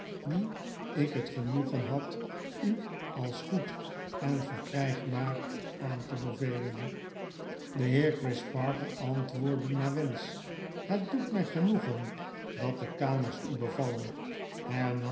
die ik het genoegen had u als goed en verkrggbaar aan te bevelen de heer crisparkle antwoordde naar wensch het doet mg genoegen dat de kamers u bevallen